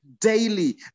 daily